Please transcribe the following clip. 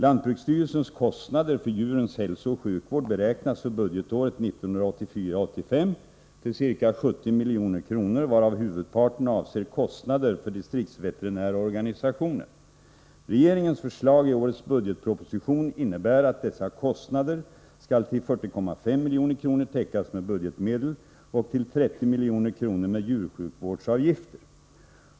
Lantbruksstyrelsens kostnader för djurens hälsooch sjukvård beräknas för budgetåret 1984/85 till ca 70 milj.kr., varav huvudparten avser kostnader för distriktsveterinärorganisationen. Regeringens förslag i årets budgetproposition innebär att dessa kostnader skall till 40,5 milj.kr. täckas med budgetmedel och till 30 milj.kr. med djursjukvårdsavgifter.